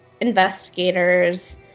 investigators